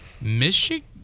Michigan